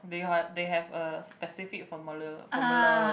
they they have a specific formula formula